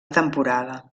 temporada